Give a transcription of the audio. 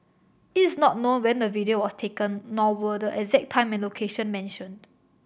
it is not known when the video was taken nor were the exact time and location mentioned